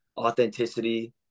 authenticity